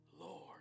Lord